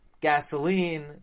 Gasoline